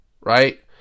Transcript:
Right